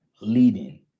leading